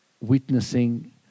witnessing